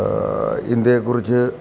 ഇന്ത്യയെക്കുറിച്ച്